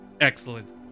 Excellent